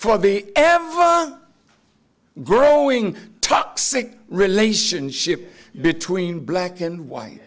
for the ever growing toxic relationship between black and white